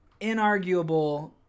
inarguable